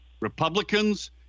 Republicans